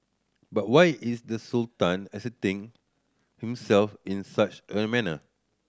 but why is the Sultan asserting himself in such a manner